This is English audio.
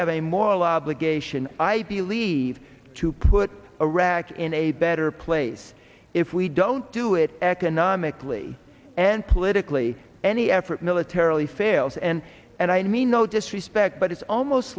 have a moral obligation i believe to put iraq in a better place if we don't do it economically and politically any effort militarily fails and and i mean no disrespect but it's almost